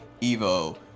Evo